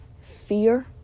fear